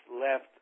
left